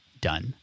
done